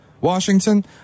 Washington